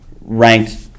ranked –